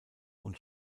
und